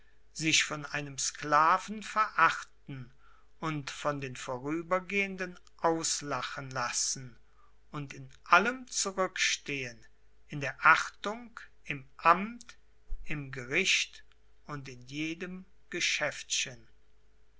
sich von einem sklaven verachten und von den vorübergehenden auslachen lassen und in allem zurückstehen in der achtung im amt im gericht und in jedem